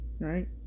Right